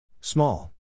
Small